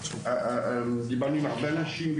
דיברנו עם הרבה אנשים,